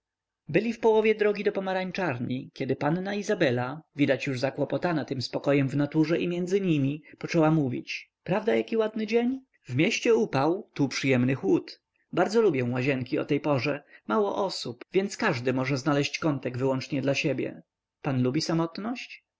byli w połowie drogi do pomarańczarni kiedy panna izabela widać już zakłopotana tym spokojem w naturze i między nimi poczęła mówić prawda jaki ładny dzień w mieście upał tu przyjemny chłód bardzo lubię łazienki o tej godzinie mało osób więc każdy może znaleźć kątek wyłącznie dla siebie pan lubi samotność